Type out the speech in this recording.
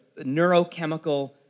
neurochemical